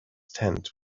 tent